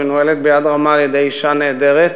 שמנוהלת ביד רמה על-ידי אישה נהדרת,